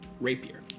rapier